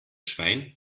schwein